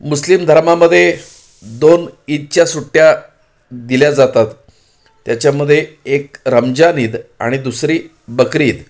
मुस्लिम धर्मामध्ये दोन ईदच्या सुट्ट्या दिल्या जातात त्याच्यामध्ये एक रमजान ईद आणि दुसरी बकरी ईद